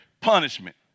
punishment